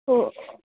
ఓ